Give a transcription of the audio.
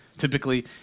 Typically